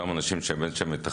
אותם אנשים שמתכללים.